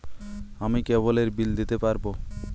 আমি কেবলের বিল দিতে পারবো?